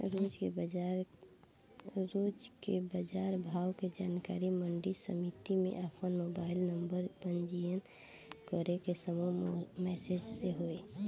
रोज के बाजार भाव के जानकारी मंडी समिति में आपन मोबाइल नंबर पंजीयन करके समूह मैसेज से होई?